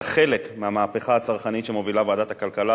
את החלק מהמהפכה הצרכנית שמובילה ועדת הכלכלה.